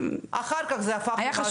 אחר כך זה הפך למשהו אחר.